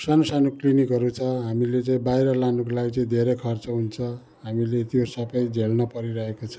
सानो सानो क्लिनिकहरू छ हामीले चाहिँ बाहिर लानुको लागि चाहिँ धेरै खर्च हुन्छ हामीले त्यो सब झेल्न परिरहेको छ